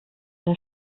der